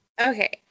Okay